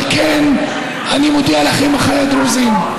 על כן אני מודיע לכם, אחיי הדרוזים,